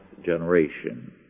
generation